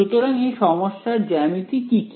সুতরাং এই সমস্যার জ্যামিতি কি কি